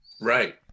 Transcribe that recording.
Right